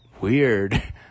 weird